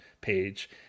page